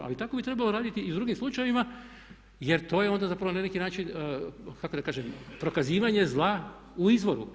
Ali tako bi trebalo raditi i s drugim slučajevima jer to je onda zapravo na neki način kako da kažem prokazivanje zla u izvoru.